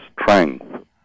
strength